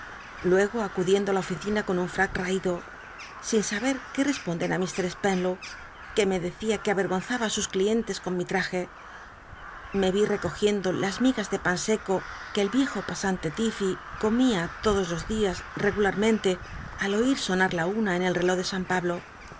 luego acudiendo á la oflcina con un ftac raído sin saber qué rcspondct í ilt spenlow c ue me decía que arcl'gonzaba lt sus clientes con mi traj e me vi recogiendo las migas de pan seco que el viejo pasante tif ey comía todos jos días tegularmcn tc al oit sonar la una en el teló ele san pablo